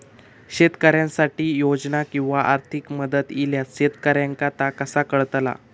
शेतकऱ्यांसाठी योजना किंवा आर्थिक मदत इल्यास शेतकऱ्यांका ता कसा कळतला?